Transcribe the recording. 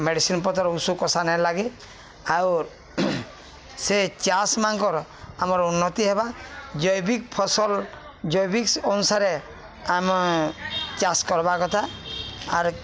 ମେଡ଼ିସିନ୍ପତ୍ର ଉଷୁ କଷା ନେ ଲାଗି ଆଉର୍ ସେ ଚାଷ ମାଙ୍କର ଆମର ଉନ୍ନତି ହେବା ଜୈବିକ ଫସଲ ଜୈବିକ ଅନୁସାରେ ଆମେ ଚାଷ କର୍ବା କଥା ଆର୍